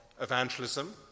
evangelism